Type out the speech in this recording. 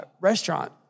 restaurant